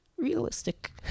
realistic